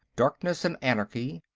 darkness and anarchy.